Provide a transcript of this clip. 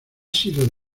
sido